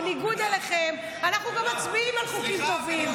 בניגוד אליכם, אנחנו גם מצביעים על חוקים טובים.